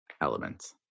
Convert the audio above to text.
elements